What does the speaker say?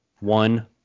One